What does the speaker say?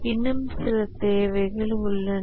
இன்னும் சில தேவைகள் உள்ளன